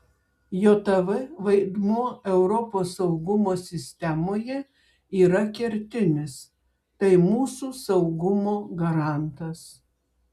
jav vaidmuo europos saugumo sistemoje yra kertinis tai mūsų saugumo garantas